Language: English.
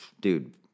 dude